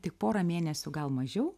tik porą mėnesių gal mažiau